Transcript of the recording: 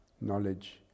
knowledge